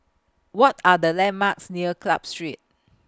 What Are The landmarks near Club Street